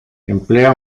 emplea